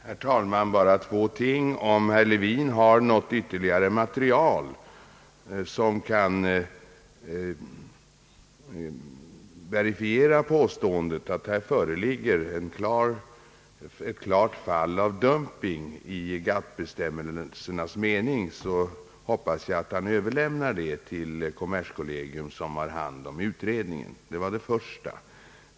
Herr talman! Bara två ting. Om herr Levin har något ytterligare material som kan verifiera påståendet att här föreligger ett klart fall av dumping i GATT-bestämmelsernas mening, hoppas jag att han överlämnar detta till kommerskollegium som har hand om utredningen. Det var det första.